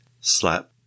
slap